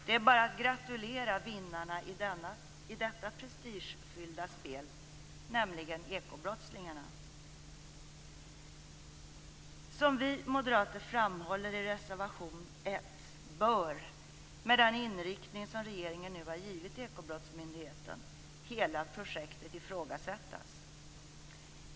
Det är bara att gratulera vinnarna i detta prestigefyllda spel, nämligen ekobrottslingarna. Som vi moderater framhåller i reservation 1 bör, med den inriktning som regeringen nu har givit Ekobrottsmyndigheten, hela projektet ifrågasätts.